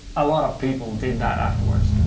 a lot of people did that afterwards.